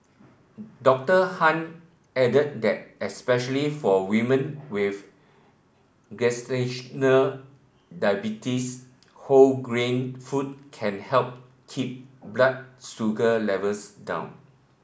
Doctor Han added that especially for women with gestational diabetes whole grain food can help keep blood sugar levels down